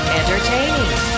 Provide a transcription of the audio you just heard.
entertaining